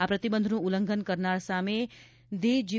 આ પ્રતિબંધનું ઉલ્લંઘન કરનાર સામે ધી જી